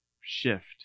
shift